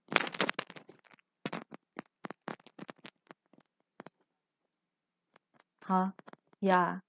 ha yeah